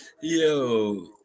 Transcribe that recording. Yo